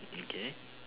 okay